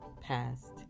passed